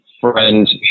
friend